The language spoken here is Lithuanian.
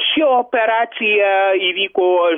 po šio operacija įvyko